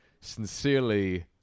Sincerely